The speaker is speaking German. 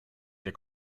der